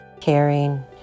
caring